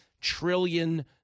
trillion